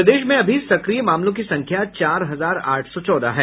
प्रदेश में अभी सक्रिय मामलों की संख्या चार हजार आठ सौ चौदह है